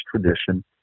tradition